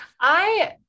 I-